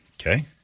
Okay